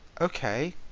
Okay